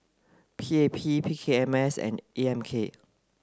P A P P K M S and A M K